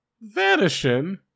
vanishing